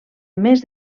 més